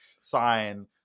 sign